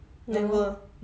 never